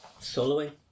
soloing